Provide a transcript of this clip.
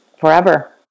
forever